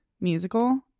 musical